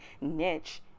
niche